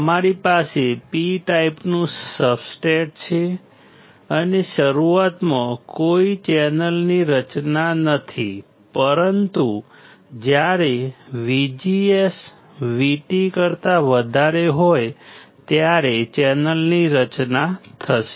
અમારી પાસે P ટાઈપનું સબસ્ટ્રેટ છે અને શરૂઆતમાં કોઈ ચેનલની રચના નથી પરંતુ જ્યારે VGS VT કરતા વધારે હોય ત્યારે ચેનલની રચના થશે